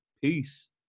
Peace